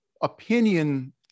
opinion